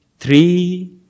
Three